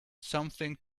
something